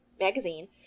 magazine